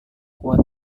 kuat